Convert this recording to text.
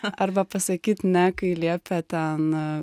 arba pasakyt ne kai liepia ten